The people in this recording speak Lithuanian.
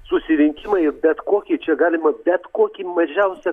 susirinkimai bet kokį čia galima bet kokį mažiausią